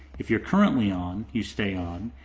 if you are currently on you stay on.